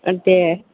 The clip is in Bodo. दे